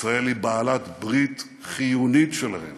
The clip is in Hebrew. ישראל היא בעלת ברית חיונית שלהן